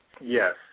Yes